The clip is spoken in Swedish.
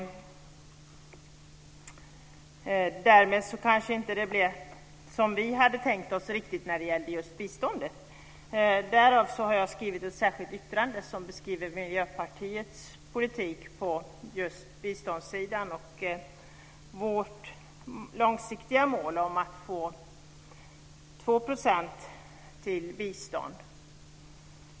Därmed kanske det inte blev riktigt som vi hade tänkt oss när det gäller biståndet. Därav har jag skrivit ett särskilt yttrande som beskriver Miljöpartiets politik på biståndssidan och vårt långsiktiga mål om att få 2 % till bistånd.